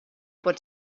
pot